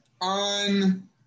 on